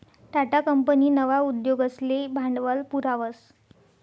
Tata company नवा उद्योगसले भांडवल पुरावस